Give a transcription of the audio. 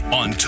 on